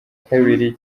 kabiri